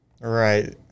Right